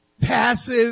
passive